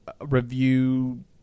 review